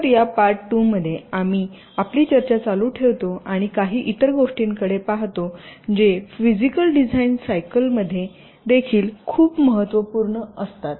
तर या पार्ट २ मध्ये आम्ही आपली चर्चा चालू ठेवतो आणि काही इतर गोष्टींकडे पाहतो जे फिजीकल डिझाइन सायकलमध्ये देखील खूप महत्त्वपूर्ण असतात